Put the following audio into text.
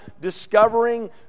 Discovering